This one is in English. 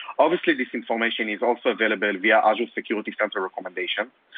obviously this information is also available via azure security center recommendations,